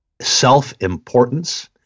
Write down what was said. self-importance